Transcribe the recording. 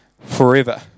forever